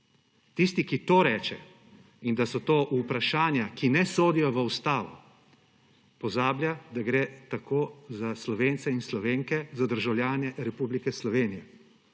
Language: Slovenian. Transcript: Tisti, ki to reče in da so to vprašanja, ki ne sodijo v ustavo, pozablja, da gre tako za Slovence in Slovenke, za državljane Republike Slovenije.